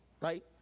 right